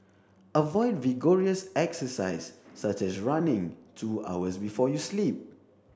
avoid vigorous exercise such as running two hours before you sleep